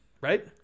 right